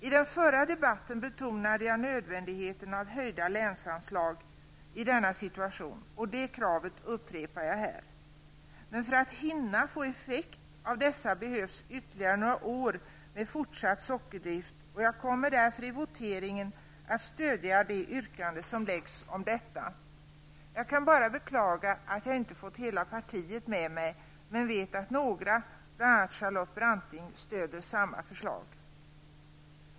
I den förra debatten betonade jag nödvändigheten av höjda länsanslag i denna situation. Det kravet upprepar jag här. Men för att dessa skall hinna få effekt behövs ytterligare några år med fortsatt sockerdrift. Jag kommer därför i voteringarna att stödja det yrkande som framläggs om detta. Jag kan bara beklaga att jag inte fått hela partiet med mig. Men jag vet att några, bl.a. Charlotte Branting, stöder samma förslag.